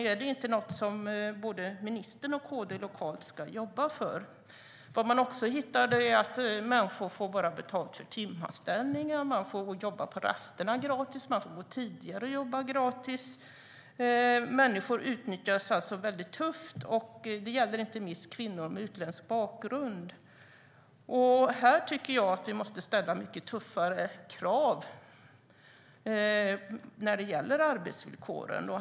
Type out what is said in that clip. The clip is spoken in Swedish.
Är det inte något som både ministern och Kristdemokraterna lokalt ska jobba för? Vad man också hittar är att människor bara får betalt för timanställningar. De får jobba gratis på rasterna; de får gå tidigare och jobba gratis. Människor utnyttjas alltså väldigt hårt. Det gäller inte minst kvinnor med utländsk bakgrund. Jag tycker att vi måste ställa mycket tuffare krav när det gäller arbetsvillkoren.